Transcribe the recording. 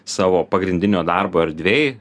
savo pagrindinio darbo erdvėj